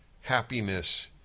happiness